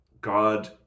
god